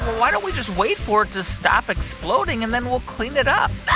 why don't we just wait for it to stop exploding, and then we'll clean it up?